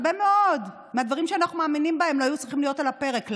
הרבה מאוד מהדברים שאנחנו מאמינים בהם לא היו צריכים להיות על הפרק.